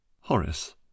horace